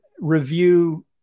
review